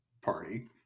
party